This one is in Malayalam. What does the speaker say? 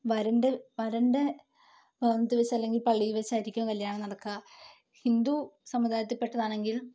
വരന്റെ വരന്റെ ന്ത് വെച്ച് അല്ലെങ്കില് പള്ളിയിൽ വെച്ചായിരിക്കും കല്യാണം നടക്കുക ഹിന്ദു സമുദായത്തില് പെട്ടതാണെങ്കില്